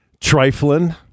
Trifling